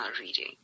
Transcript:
reading